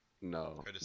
no